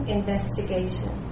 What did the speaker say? investigation